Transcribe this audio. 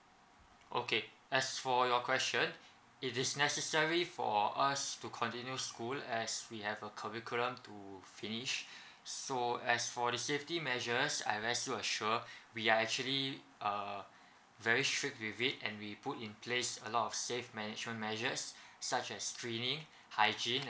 okay as for your question it is necessary for us to continue school as we have a curriculum to finish so as for the safety measures I rest you assure we are actually uh very strict with it and we put in place a lot of save management measures such as cleaning hygiene